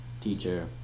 teacher